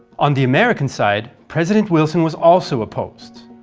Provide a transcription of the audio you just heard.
on the american side, president wilson was also opposed